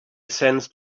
sensed